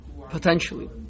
Potentially